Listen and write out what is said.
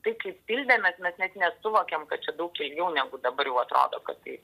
tai kaip pildėm nes mes net nesuvokėm kad čia daug ilgiau negu dabar jau atrodo kad tai